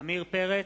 עמיר פרץ,